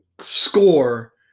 score